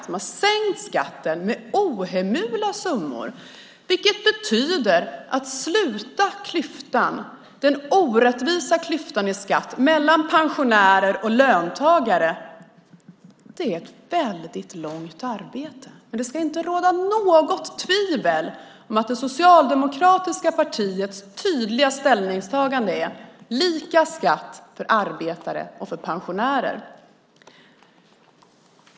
Man har sänkt skatten med ohemula summor, vilket betyder att arbetet med att ta bort klyftan, den orättvisa klyftan i fråga om skatt mellan pensionärer och löntagare, är ett väldigt omfattande arbete. Det ska inte råda något tvivel om att det socialdemokratiska partiets tydliga ställningstagande är att det ska vara lika skatt för arbetare och pensionärer.